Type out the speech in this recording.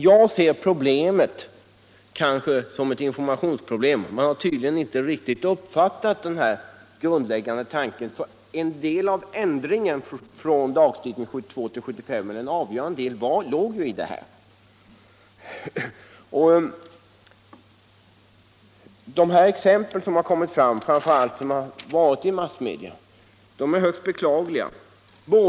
Jag ser kanske problemet som ett informationsproblem. Man har tydligen inte riktigt uppfattat den grundläggande tanken — en del av ändringen i lagstiftningen från 1972 till 1975 avsåg just att åstadkomma en anpassning. De exempel som presenterats framför allt i massmedia gäller fall som är högst beklagliga.